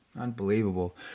Unbelievable